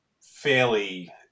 fairly